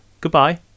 goodbye